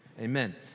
Amen